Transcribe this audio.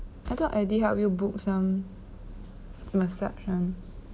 I thought eddy helps you book some massage [one]